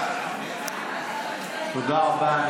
תודה רבה.